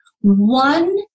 one